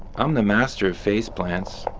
i'm the master of face plants.